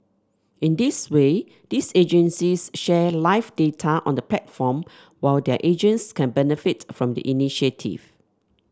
in this way these agencies share live data on the platform while their agents can benefit from the initiative